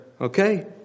Okay